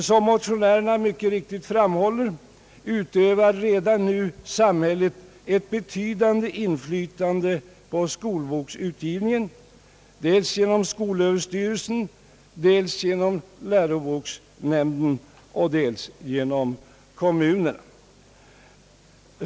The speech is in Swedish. Som motionärerna mycket riktigt framhåller, utövar samhället redan nu ett betydande inflytande på skolboksutgivningen genom skolöverstyrelsen, läroboksnämnden och kommunerna.